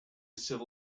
civil